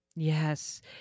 Yes